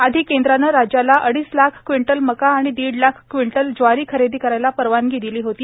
आधी केंद्रानं राज्याला अडीच लाख क्विंटल मका आणि दीड लाख क्विंटल ज्वारी खरेदी करायला परवानगी दिली होती